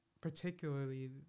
particularly